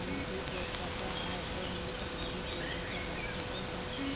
मी तीस वर्षाचा हाय तर मले सामाजिक योजनेचा लाभ भेटन का?